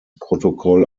protokoll